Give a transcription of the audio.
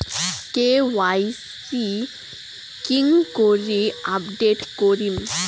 KYC কেঙ্গকরি update করিম?